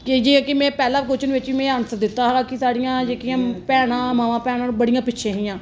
की जे कि में पैहला कोशन बिच बी में आन्सर दित्ता हा कि साढ़ियां जेहकियां भैना मावां भैनां ना ओह् बड़ियां पिच्छे हियां